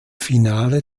finale